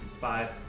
Five